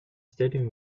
stadium